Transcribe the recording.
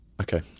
Okay